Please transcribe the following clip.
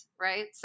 right